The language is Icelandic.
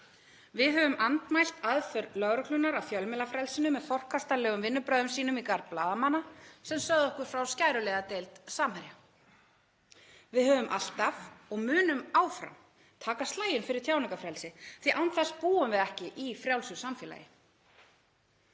Við höfum andmælt aðför lögreglunnar að fjölmiðlafrelsinu með forkastanlegum vinnubrögðum sínum í garð blaðamanna sem sögðu okkur frá skæruliðadeild Samherja. Við höfum alltaf og munum áfram taka slaginn fyrir tjáningarfrelsi því án þess búum við ekki í frjálsu samfélagi.